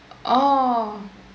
oh